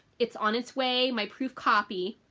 it's on its way. my proof copy.